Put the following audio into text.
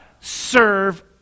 Serve